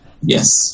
Yes